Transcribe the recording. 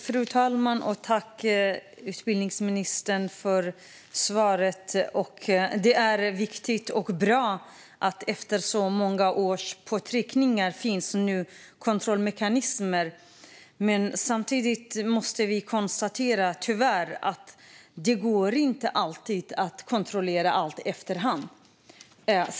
Fru talman! Tack, utbildningsministern, för svaret! Det är viktigt och bra att det efter så många års påtryckningar nu finns kontrollmekanismer, men samtidigt måste vi tyvärr konstatera att det inte alltid går att kontrollera allt i efterhand.